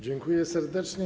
Dziękuję serdecznie.